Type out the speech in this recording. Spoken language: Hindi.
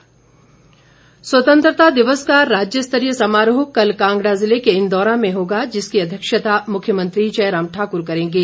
स्वतंत्रता दिवस स्वतंत्रता दिवस का राज्यस्तरीय समारोह कल कांगडा जिले के इंदौरा में होगा जिसकी अध्यक्षता मुख्यमंत्री जयराम ठाकुर करेंगे